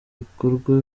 bikorwa